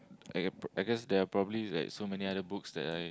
I guess I guess there are probably like so many other books that I